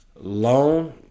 loan